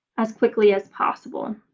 as quickly as possible.